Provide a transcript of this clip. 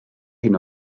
hyn